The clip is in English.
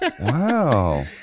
Wow